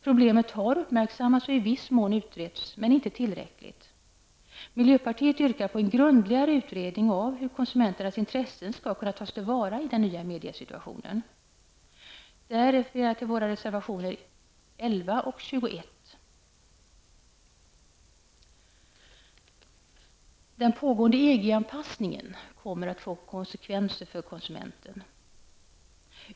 Problemet har uppmärksammats och i viss mån utretts, men inte tillräckligt. Miljöpartiet yrkar på en grundligare utredning av hur konsumenternas intressen skall kunna tas till vara i den nya mediesituationen. I detta sammanhang hänvisar jag till våra reservationer 11 Den pågående EG-anpassningen kommer att få konsekvenser för konsumenterna.